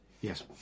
Yes